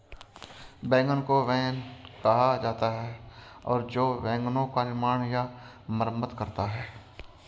wagon को wain कहा जाता था और जो वैगनों का निर्माण या मरम्मत करता है